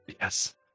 Yes